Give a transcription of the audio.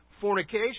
fornication